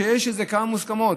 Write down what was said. שיש כמה מוסכמות.